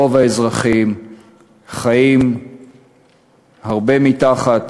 רוב האזרחים חיים עם הרבה מתחת